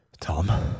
Tom